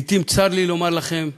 לעתים, צר לי לומר לכם,